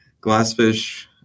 Glassfish